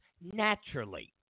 naturally